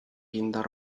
indar